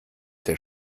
der